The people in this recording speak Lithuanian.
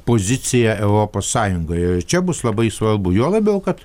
poziciją europos sąjungoje ir čia bus labai svarbu juo labiau kad